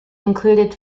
included